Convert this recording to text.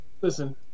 listen